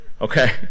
Okay